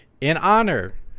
In-honor